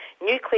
Nuclear